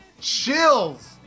chills